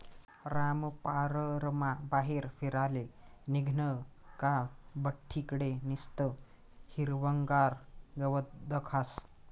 रामपाररमा बाहेर फिराले निंघनं का बठ्ठी कडे निस्तं हिरवंगार गवत दखास